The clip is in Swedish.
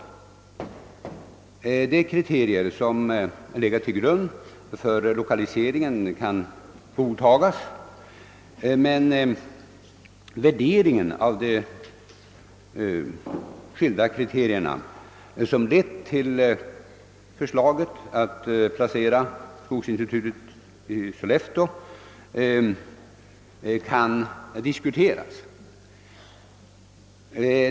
De kriterier som ligger till grund för lokaliseringen kan godtas, men den värdering av de skilda kriterierna som lett till förslaget att placera skogsinstitutet i Sollefteå kan diskuteras.